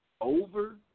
over